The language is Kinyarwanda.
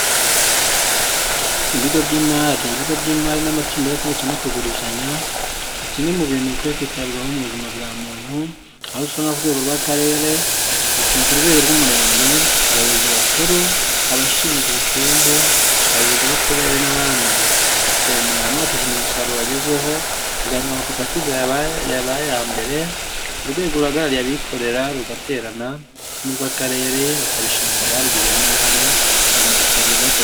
Ibigo by'imari: ibigo by'imari n'amatsinda yo kubitsa no kugurizanya. Ni kimwe mu bintu bikwiye kwitabwaho mu buzima bwa muntu. Aho usanga ku rwego rw'Akarere usanga ku rwego rw'Umurenge abayobozi bakuru, abashinzwe ubukungu, abayobozi b'uturere n'abandi. Bateranira hamwe bakishimira umusaruro bagezeho, hagahembwa ama koperative yabaye aya mbere. Urwego ruhagarariye abikorera rugaterana n'urw'Akarere bakabishimira ababigizemo uruhare ubuzima bukaza bwiza kurusha...